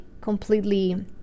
completely